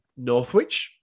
Northwich